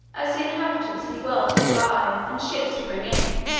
as the inhabitants had wealth to buy, and ships to bring in,